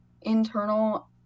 internal